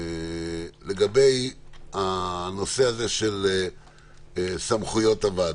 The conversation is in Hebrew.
בנושא סמכויות הוועדה.